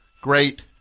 great